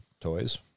toys